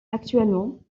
actuellement